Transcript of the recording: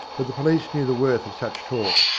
but the police knew the worth of such talk,